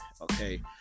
Okay